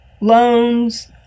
loans